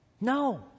No